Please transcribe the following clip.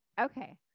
Okay